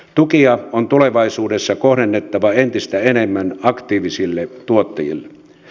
tukia on tulevaisuudessa kohdennettava entistä enemmän aktiivisille tuottajille